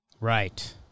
Right